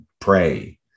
pray